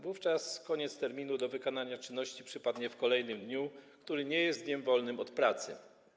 Wówczas koniec terminu do wykonania czynności przypadnie w kolejnym dniu, który nie jest dniem wolnym od pracy.